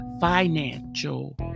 financial